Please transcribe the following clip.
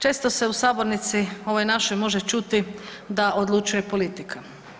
Često se u sabornici ovoj našoj može čuti da odlučuje politika.